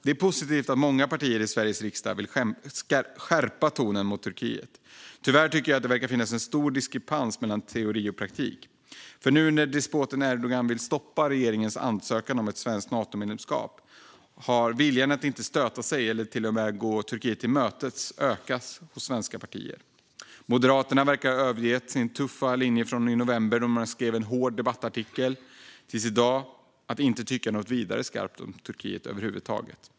Det är positivt att många partier i Sveriges riksdag vill skärpa tonen mot Turkiet. Tyvärr tycker jag att det verkar finnas en stor diskrepans mellan teori och praktik. När nu despoten Erdogan vill stoppa regeringens ansökan om ett svenskt Natomedlemskap har viljan att inte stöta sig med eller att till och med gå Turkiet till mötes ökat hos svenska partier. Moderaterna verkar ha gått från sin tuffa linje från i november, då de skrev en hård debattartikel, till att i dag inte tycka något vidare skarpt om Turkiet över huvud taget.